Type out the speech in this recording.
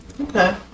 okay